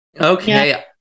Okay